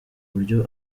buryo